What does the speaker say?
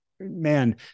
Man